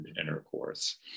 intercourse